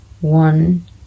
one